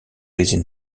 within